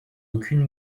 aucune